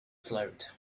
float